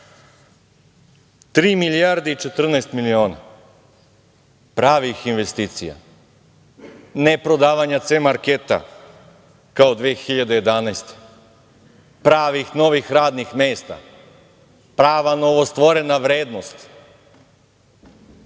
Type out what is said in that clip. milijarde i 14 miliona pravih investicija, neprodavanja "C marketa" kao 2011. godine. Imamo pravih novih radnih mesta, pravu novostvorenu vrednost.